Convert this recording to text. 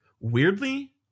weirdly